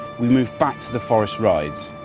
we move back to the forest rides.